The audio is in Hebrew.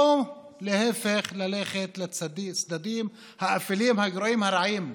או להפך, ללכת לצדדים האפלים, הגרועים, הרעים.